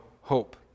hope